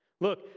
Look